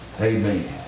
Amen